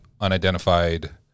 unidentified